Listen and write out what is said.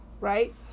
right